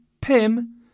Pim